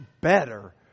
better